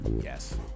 yes